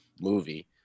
movie